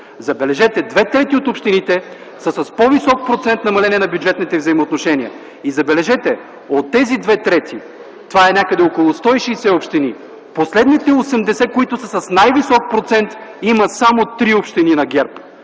Забележете, две трети от общините са с по-висок процент намаление на бюджетните взаимоотношения. И забележете, от тези две трети – някъде около 160 общини, в последните 80, които са с най-висок процент, има само три общини на ГЕРБ.